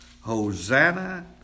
Hosanna